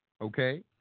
Okay